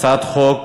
הצעת חוק